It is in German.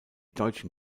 deutschen